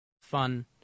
Fun